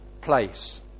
place